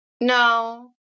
No